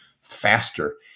faster